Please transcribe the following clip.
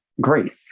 great